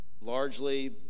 largely